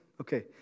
okay